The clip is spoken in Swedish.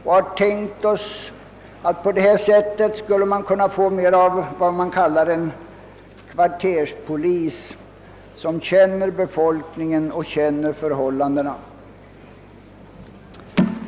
Vi har tänkt oss att man därigenom skulle kunna få något av vad som brukar kallas kvarterspolis, som känner befolkningen och förhållandena.